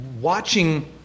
watching